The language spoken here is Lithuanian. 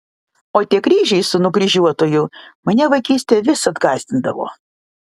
o tie kryžiai su nukryžiuotuoju mane vaikystėje visad gąsdindavo